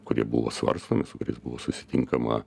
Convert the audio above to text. kurie buvo svarstomi su kuriais buvo susitinkama